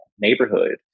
neighborhood